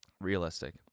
Realistic